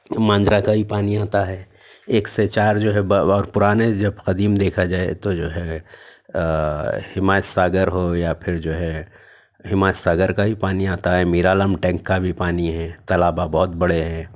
مانجرا کا بھی پانی آتا ہے ایک سے چار جو ہے بہت پُرانے جب قدیم دیکھا جائے تو جو ہے ہما ساگر ہو یا پھر جو ہے ہما ساگر کا بھی پانی آتا ہے میرالم ٹینک کا بھی ہے تالاب بہت بڑے ہیں